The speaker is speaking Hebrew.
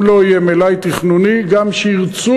אם לא יהיה מלאי תכנוני, גם כשירצו